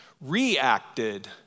reacted